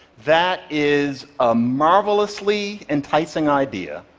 that is a marvelously enticing idea,